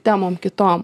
temom kitom